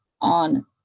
on